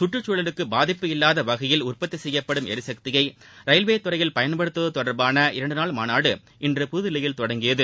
சுற்றுக்சூழலுக்கு பாதிப்பு இல்லாத வகையில் உற்பத்தி செய்யப்படும் ளிசக்தியை ரயில்வே துறையில் பயன்படுத்துவது தொடர்பான இரண்டு நாள் மாநாடு இன்று புதுதில்லியில் தொடங்கியது